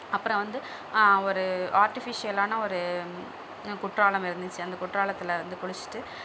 அப்றம் வந்து ஒரு ஆர்ட்டிஃபிஷியலான ஒரு குற்றாலம் இருந்துச்சு அந்த குற்றாலத்தில் வந்து குளித்துட்டு